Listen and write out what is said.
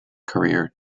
career